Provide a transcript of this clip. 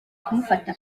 kumufata